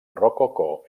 rococó